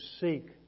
seek